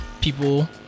people